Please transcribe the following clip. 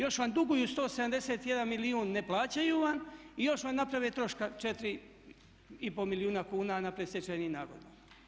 Još vam duguju 171 milijun, ne plaćaju vam i još vam naprave troška 4,5 milijuna kuna na predstečajnim nagodbama.